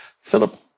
Philip